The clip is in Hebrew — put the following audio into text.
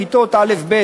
כיתות א' ב',